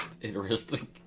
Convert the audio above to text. Interesting